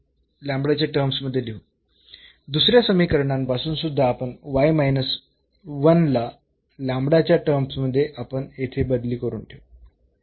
दुसऱ्या समीकरणापासून सुध्दा आपण ला च्या टर्म्स मध्ये आपण येथे बदली करून ठेवू